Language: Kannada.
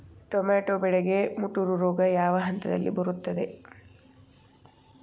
ಟೊಮ್ಯಾಟೋ ಬೆಳೆಗೆ ಮುಟೂರು ರೋಗ ಯಾವ ಹಂತದಲ್ಲಿ ಬರುತ್ತೆ?